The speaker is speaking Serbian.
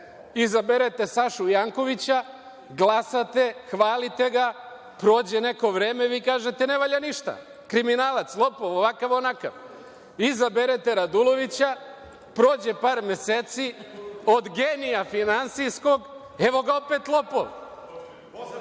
Izaberete Sašu Jankovića, glasate, hvalite ga, prođe neko vreme, vi kažete – ne valja ništa, kriminalac, lopov, ovakav, onakav. Izaberete Radulovića, prođe par meseci, od genija finansijskog, evo ga opet lopov.